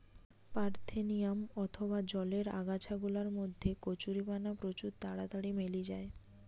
parthenium অথবা জলের আগাছা গুলার মধ্যে কচুরিপানা প্রচুর তাড়াতাড়ি মেলি যায়